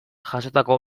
jasotako